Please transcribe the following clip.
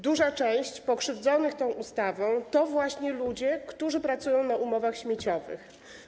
Duża część pokrzywdzonych tą ustawą to właśnie ludzie, którzy pracują na umowach śmieciowych.